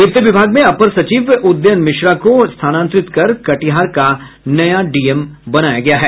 वित्त विभाग में अपर सचिव उदयन मिश्रा को स्थानांतरित कर कटिहार का डीएम बनाया गया है